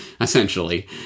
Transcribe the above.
essentially